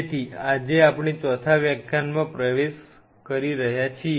તેથી આજે આપણે ચોથા વ્યાખ્યાનમાં પ્રવેશ કરી રહ્યા છીએ